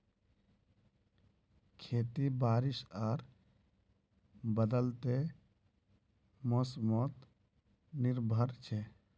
खेती बारिश आर बदलते मोसमोत निर्भर छे